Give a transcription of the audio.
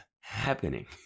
happening